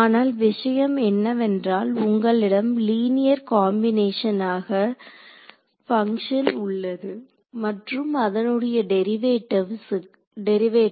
ஆனால் விஷயம் என்னவென்றால் உங்களிடம் லீனியர் காம்பினேஷனாக பங்ஷன் உள்ளது மற்றும் அதனுடைய டெரிவேட்டிவ்ஸ் 0